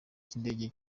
cy’indege